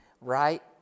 right